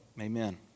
Amen